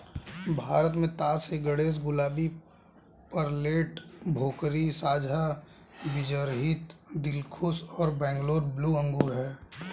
भारत में Tas A Ganesh, Gulabi, Perlette, Bhokri, साझा बीजरहित, दिलखुश और बैंगलोर ब्लू अंगूर हैं